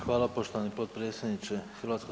Hvala poštovani potpredsjedniče HS.